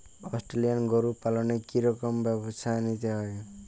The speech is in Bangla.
অস্ট্রেলিয়ান গরু পালনে কি রকম ব্যবস্থা নিতে হয়?